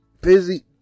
busy